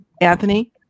Anthony